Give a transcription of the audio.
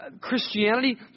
Christianity